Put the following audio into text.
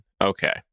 Okay